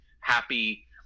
happy